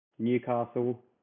Newcastle